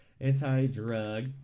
Anti-drug